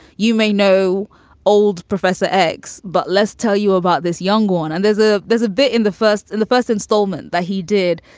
you may know old professor x, but let's tell you about this young one. and there's a there's a bit in the first and the first installment that he did.